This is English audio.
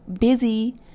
busy